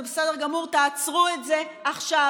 זה בסדר גמור: תעצרו את זה עכשיו.